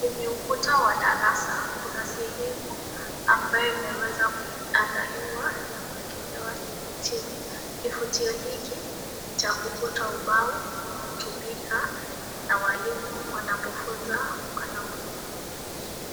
Kwenye ukuta wa darasa, kuna sehemu ambayo imeweza kuandaliwa ya kuwekelewa kivutio. Kivutio hiki ni cha kuvuta ubao unaotumika na walimu wanapofunza wanafunzi.